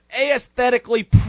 aesthetically